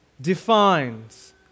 defines